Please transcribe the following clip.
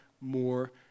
more